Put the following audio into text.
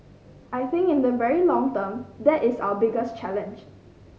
I think in the very long term that is our biggest challenge